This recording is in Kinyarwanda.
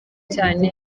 cyane